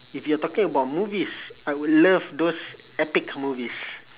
if you are talking about movies I would love those epic movies